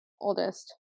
oldest